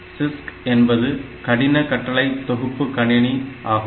CISC என்பது கடின கட்டளை தொகுப்பு கணினி ஆகும்